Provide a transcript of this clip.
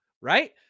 right